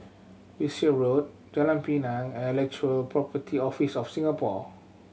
Wiltshire Road Jalan Pinang and Intellectual Property Office of Singapore